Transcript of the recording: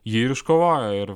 jį ir iškovojo ir